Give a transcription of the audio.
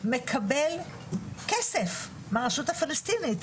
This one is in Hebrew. מקבל כסף מהרשות הפלסטינית,